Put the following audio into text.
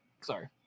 Sorry